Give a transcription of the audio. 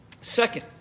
Second